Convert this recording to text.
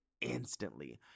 instantly